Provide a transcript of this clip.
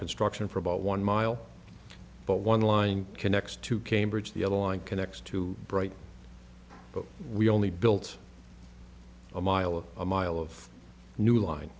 construction for about one mile but one line connects to cambridge the other line connects to bright but we only built a mile a mile of new line